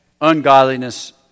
ungodliness